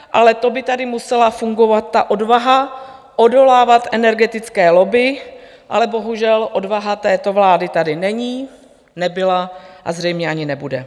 Ale to by tady musela fungovat ta odvaha odolávat energetické lobby, ale bohužel odvaha této vlády tady není, nebyla a zřejmě ani nebude.